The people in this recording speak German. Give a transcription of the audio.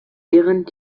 während